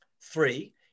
Three